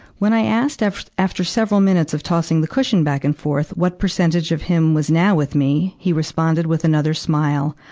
when i asked after after several minutes of tossing the cushion back and forth what percentage of him was now with me, he responded with another smile.